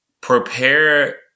prepare